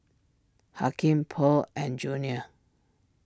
Hakim Pearl and Junior